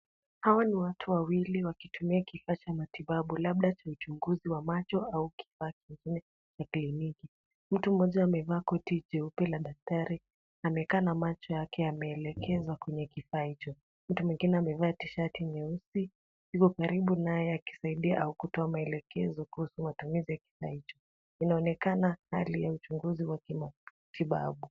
Hawa ni watu wawili wakitumia kifaa cha matibabu labda cha uchunguzi wa macho au kifaa kingine ya kliniki. Mtu mmoja amevaa koti jeupe la daktari, amekaa na macho yake yameelekezwa kwenye kifaa hicho. Mtu mwingine amevaa tishati nyeusi, yuko karibu naye akisaidia au kutoa maelekezo kuhusu matumizi ya kifaa hicho. Inaonekana hali ya uchunguzi wa kimatibabu.